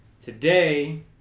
Today